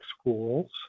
schools